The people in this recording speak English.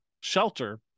shelter